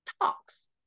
Talks